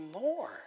more